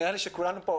נראה לי שכולנו פה,